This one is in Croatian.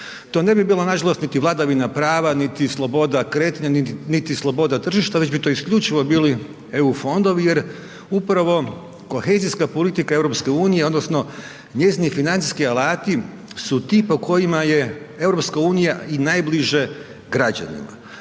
To ne bi bilo nažalost niti vladavina prava niti sloboda kretanja niti sloboda tržišta već bi to isključivo bili EU fondovi jer upravo kohezijska politika EU-a odnosno njezini financijski alati su tip o kojima je EU i najbliže građanima.